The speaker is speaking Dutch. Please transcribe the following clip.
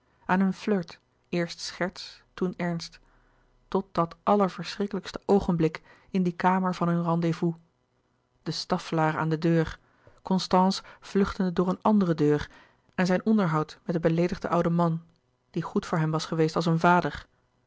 aan hun flirt eerst scherts toen ernst tot dat allerverschrikkelijkste oogenblik in die kamer van hun rendez-vous de staffelaer aan de deur constance vluchtende door een andere deur en zijn onderhoud met den beleedigden ouden man die goed voor hem was geweest als een vader